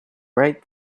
right